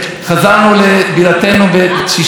אחרי שהתיישבנו ברחבי יהודה ושומרון,